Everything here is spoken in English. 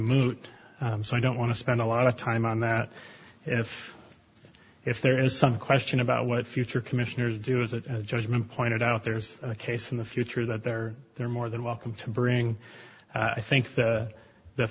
moot so i don't want to spend a lot of time on that if if there is some question about what future commissioners do is it a judgment pointed out there's a case in the future that there are more than welcome to bring i think that the